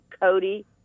Cody